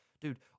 Dude